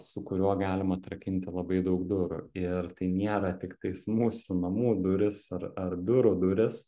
su kuriuo galim atrakinti labai daug durų ir tai niera tiktais mūsų namų durys ar ar biurų durys